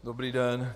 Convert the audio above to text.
Dobrý den.